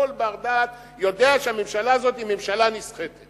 כל בר-דעת יודע שהממשלה הזאת היא ממשלה נסחטת